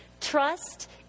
Trust